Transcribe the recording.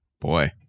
Boy